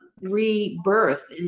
rebirth